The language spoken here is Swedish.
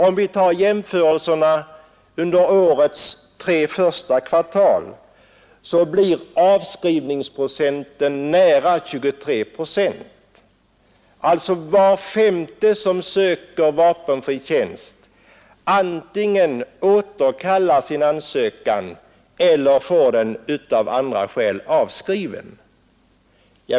Om vi gör samma jämförelse under årets tre första kvartal, blir avskrivningsprocenten nära 23. Var femte som söker vapenfri tjänst antingen återkallar sin ansökan eller får den av andra skäl avskriven.